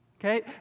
okay